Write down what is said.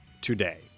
today